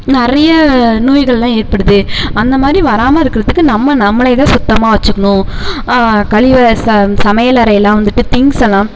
நிறைய நோய்கள்லாம் ஏற்படுது அந்தமாதிரி வராமல் இருக்கிறதுக்கு நம்ம நம்மளே தான் சுத்தமா வச்சிக்கணும் கலி ச சமையலறையெலாம் வந்துட்டு திங்ஸ் எல்லாம்